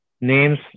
names